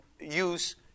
use